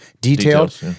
detailed